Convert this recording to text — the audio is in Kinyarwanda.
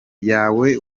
yawe